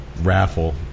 raffle